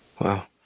Wow